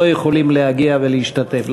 לא יכולים להגיע ולהשתתף.